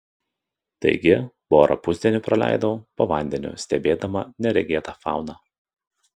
taigi porą pusdienių praleidau po vandeniu stebėdama neregėtą fauną